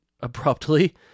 abruptly